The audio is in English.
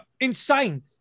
insane